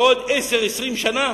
בעוד עשר, עשרים שנה,